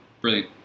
brilliant